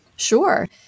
Sure